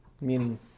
meaning